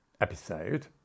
episode